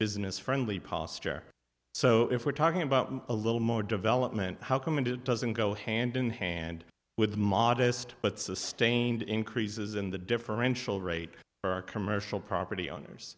business friendly posture so if we're talking about a little more development how come and it doesn't go hand in hand with modest but sustained increases in the differential rate for commercial property owners